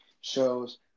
shows